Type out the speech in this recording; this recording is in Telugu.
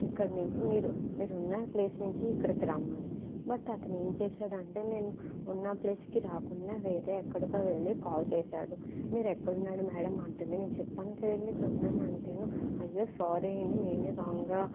ఇక్కడి నుంచి మీరు మీరు ఉన్న ప్లేస్ నుంచి ఇక్కడికి రమ్మని బట్ అతను ఏం చేశాడు అంటే నేను ఉన్న ప్లేస్కి రాకుండా వేరే ఎక్కడికో వెళ్లి కాల్ చేశాడు మీరు ఎక్కడున్నారు మ్యాడం అంటుంది నేను చెప్పాను కదండీ ఇక్కడ ఉన్నాను అంటేను అయ్యో సారీ అండి నేనే రాంగ్గా